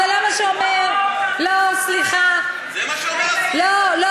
אז אמרו: נכון, המצלמה תראה אותם, כמו שכתוב, נו?